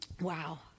Wow